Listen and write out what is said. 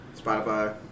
Spotify